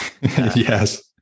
Yes